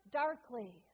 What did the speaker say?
darkly